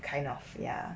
kind of ya